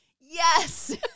Yes